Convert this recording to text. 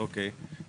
אוקיי.